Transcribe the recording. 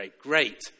great